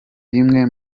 bimwe